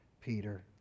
Peter